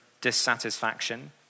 dissatisfaction